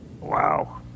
Wow